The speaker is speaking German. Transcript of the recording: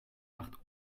macht